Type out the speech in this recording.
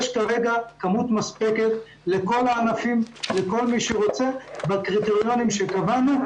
כרגע יש כמות מספקת לכל הענפים לכל מי שרוצה בקריטריונים שקבענו.